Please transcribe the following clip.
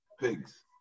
pigs